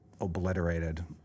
obliterated